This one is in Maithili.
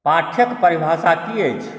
पाठ्यक परिभाषा की अछि